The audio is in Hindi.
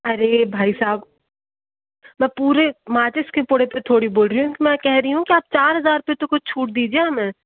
अरे भाई साहब मैं पूरे माचिस के पोड़े पर थोड़ी बोल रही हूँ मैं कह रही हूँ आप चार हज़ार पर तो कुछ छूट दीजिए हमें